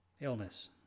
illness